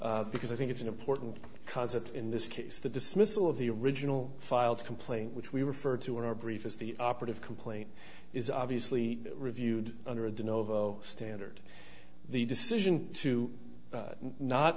because i think it's an important concept in this case the dismissal of the original filed a complaint which we referred to in our brief is the operative complaint is obviously reviewed under the no standard the decision to